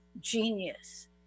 genius